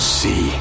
see